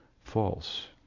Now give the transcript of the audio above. false